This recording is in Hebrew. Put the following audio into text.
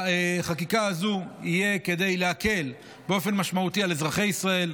בחקיקה זו יהיה כדי להקל באופן משמעותי על אזרחי ישראל,